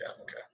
Okay